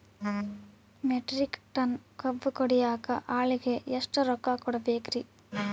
Metric ton ಕಬ್ಬು ಕಡಿಯಾಕ ಆಳಿಗೆ ಎಷ್ಟ ರೊಕ್ಕ ಕೊಡಬೇಕ್ರೇ?